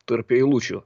tarp eilučių